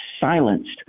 silenced